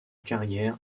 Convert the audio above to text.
carrière